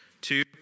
Two